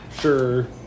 sure